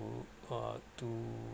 to uh to